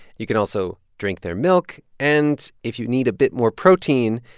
you can also drink their milk and if you need a bit more protein,